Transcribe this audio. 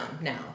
now